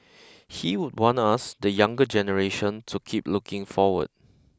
he would want us the younger generation to keep looking forward